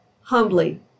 humbly